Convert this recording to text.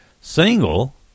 single